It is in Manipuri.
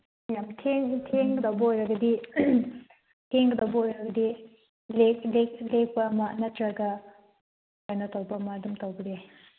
ꯌꯥꯝ ꯊꯦꯡꯒꯗꯧꯕ ꯑꯣꯏꯔꯒꯗꯤ ꯊꯦꯡꯒꯗꯧꯕ ꯑꯣꯏꯔꯒꯗꯤ ꯂꯦꯛꯄ ꯑꯃ ꯅꯠꯇ꯭ꯔꯒ ꯀꯩꯅꯣ ꯇꯧꯕ ꯑꯃ ꯑꯗꯨꯝ ꯇꯧꯕꯗꯤ